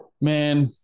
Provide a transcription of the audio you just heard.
Man